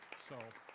so